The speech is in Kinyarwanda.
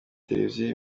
televiziyo